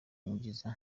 yinjiza